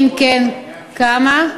2. אם כן, כמה?